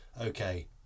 okay